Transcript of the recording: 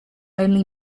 only